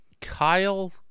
Kyle